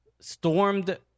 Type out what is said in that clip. stormed